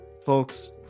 folks